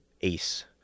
ace